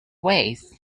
ways